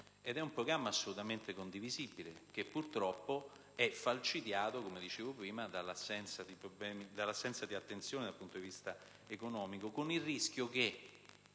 di un programma assolutamente condivisibile, purtroppo però falcidiato - come dicevo prima - dall'assenza di attenzione dal punto di vista economico, con il rischio che